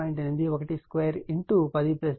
కాబట్టి ఇది volt ampere